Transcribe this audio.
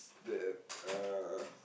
that uh